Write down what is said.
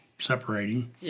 separating